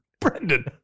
Brendan